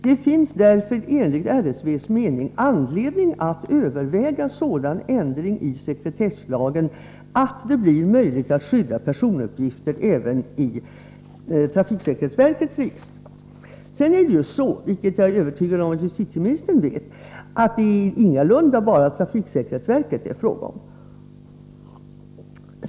Det finns därför enligt RSVs mening anledning att överväga sådan ändring i sekretesslagen att det blir möjligt att skydda personuppgifter även i TSV:s register.” Vidare är det ju, vilket jag är övertygad om att justitieministern vet, ingalunda bara fråga om trafiksäkerhetsverket.